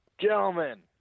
Gentlemen